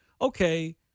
okay